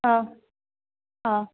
ಹಾಂ ಹಾಂ